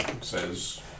Says